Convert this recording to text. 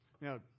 Now